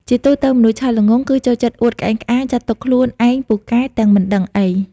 ជាទូទៅមនុស្សឆោតល្ងង់ គឺចូលចិត្តអួតក្អេងក្អាង ចាត់ទុកខ្លួនឯងពូកែ ទាំងមិនដឹងអី។